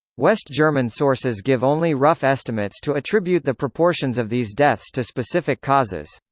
west german sources give only rough estimates to attribute the proportions of these deaths to specific causes.